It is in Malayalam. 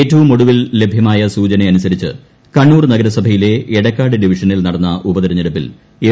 ഏറ്റവും ഒടുവിൽ ലഭ്യമായ സൂചന അനുസരിച്ച് കണ്ണൂർ നഗരസഭയിലെ എടക്കാട് ഡിവിഷനിൽ നടന്ന ഉപതിരഞ്ഞെടുപ്പിൽ എൽ